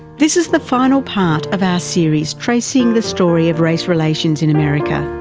this is the final part of our series tracing the story of race relations in america.